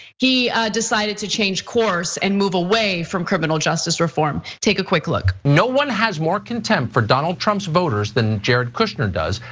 he decided to change course and move away from criminal justice reform. take a quick look. no one has more contempt for donald trump's voters than jared kushner does,